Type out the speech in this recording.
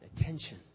attention